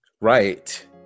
right